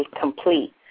complete